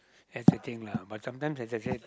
that's the thing lah but sometimes as I said